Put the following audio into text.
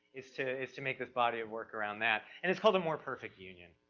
is to, is to make this body of work around that. and it's called a more perfect union,